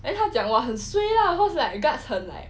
then 他讲 !wah! 很 suay lah cause like guards 很 like